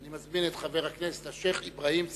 אני מזמין את חבר הכנסת השיח' אברהים צרצור.